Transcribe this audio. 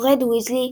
פרד ויזלי,